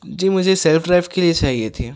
جی مجھے self drive کے لیے چاہیے تھی